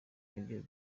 nabyo